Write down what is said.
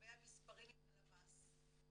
לגבי המספרים עם הלמ"ס.